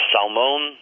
Salmon